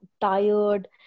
tired